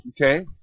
Okay